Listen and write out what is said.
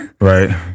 Right